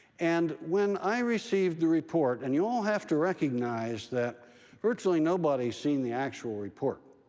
and when i received the report and you all have to recognize that virtually nobody's seen the actual report.